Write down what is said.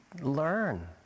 learn